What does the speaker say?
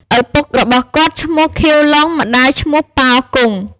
ឪពុក របស់គាត់ ឈ្មោះ ខៀវ ឡុង ម្តាយឈ្មោះ ប៉ោ គង់ ។